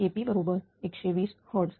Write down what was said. KP बरोबर 120 hertz